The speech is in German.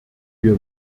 wir